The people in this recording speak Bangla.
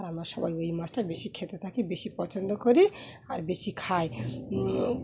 আর আমরা সবাই ওই মাছটা বেশি খেতে থাকি বেশি পছন্দ করি আর বেশি খাই